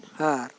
ᱟᱨ